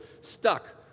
stuck